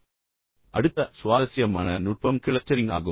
இப்போது அடுத்த சுவாரஸ்யமான நுட்பம் கிளஸ்டரிங் ஆகும்